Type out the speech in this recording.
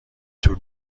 طول